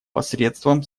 посредством